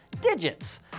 digits